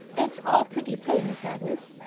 it's all pretty plain, miss agnes.